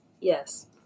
Yes